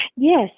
Yes